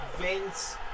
Vince